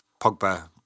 Pogba